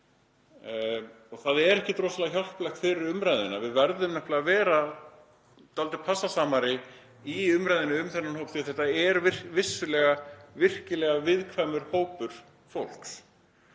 Það er ekkert rosalega hjálplegt fyrir umræðuna. Við verðum nefnilega að vera dálítið passasamari í umræðunni um þennan hóp því að þetta er vissulega virkilega viðkvæmur hópur fólks.